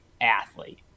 athlete